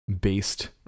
based